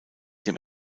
dem